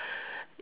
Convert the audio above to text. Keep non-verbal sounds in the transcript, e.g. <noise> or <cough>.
<breath>